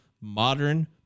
modern